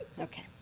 Okay